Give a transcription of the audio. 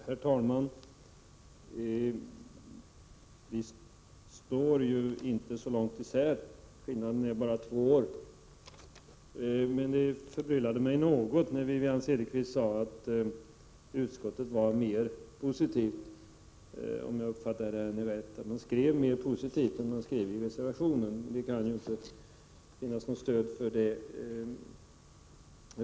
Herr talman! Vi reservanter och utskottsmajoriteten står inte så långt ifrån varandra. Det skiljer bara två år i våra förslag. Jag blev något förbryllad när Wivi-Anne Cederqvist — om jag uppfattade henne rätt — sade att utskottets skrivning är mera positiv än reservationen. Det kan inte finnas något stöd för detta påstående.